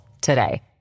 today